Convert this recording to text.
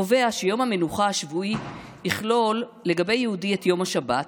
קובע שיום המנוחה השבועי יכלול לגבי יהודי את יום השבת,